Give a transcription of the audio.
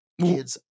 kids